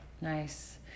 Nice